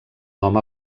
nom